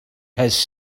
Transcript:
has